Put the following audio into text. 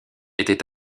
était